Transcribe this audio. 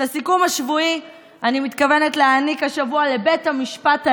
את הסיכום השבועי אני מתכוונת להעניק השבוע לבית המשפט העליון,